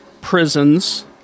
prisons